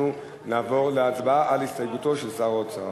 אנחנו נעבור להצבעה על הסתייגותו של שר האוצר.